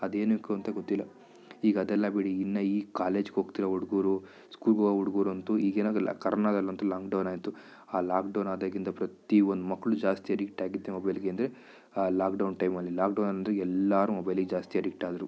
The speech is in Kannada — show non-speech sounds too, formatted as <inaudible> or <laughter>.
ಅದೇನಕ್ಕೊ ಅಂತ ಗೊತ್ತಿಲ್ಲ ಈಗ ಅದೆಲ್ಲ ಬಿಡಿ ಇನ್ನು ಈ ಕಾಲೇಜ್ಗೆ ಹೋಗ್ತಿರೋ ಹುಡ್ಗುರು ಸ್ಕೂಲ್ಗೆ ಹೋಗೊ ಹುಡ್ಗುರಂತು ಈಗೇನಾದರು <unintelligible> ಕರೋನದಲ್ಲಂತು ಲಾಕ್ ಡೌನ್ ಆಯ್ತು ಆ ಲಾಕ್ ಡೌನ್ ಆದಾಗಿಂದ ಪ್ರತಿ ಒಂದು ಮಕ್ಳು ಜಾಸ್ತಿ ಅಡಿಕ್ಟ್ ಆಗಿದ್ದೆ ಮೊಬೈಲ್ಗೆ ಅಂದರೆ ಆ ಲಾಕ್ ಡೌನ್ ಟೈಮಲ್ಲಿ ಲಾಕ್ ಡೌನ್ ಅಂದರೆ ಎಲ್ಲರೂ ಮೊಬೈಲಿಗೆ ಜಾಸ್ತಿ ಅಡಿಕ್ಟ್ ಆದರು